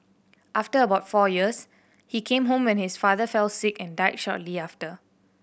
after about four years he came home when his father fell sick and died shortly after